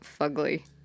fugly